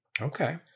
Okay